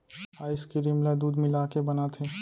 ice cream ल दूद मिलाके बनाथे